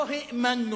לא האמנו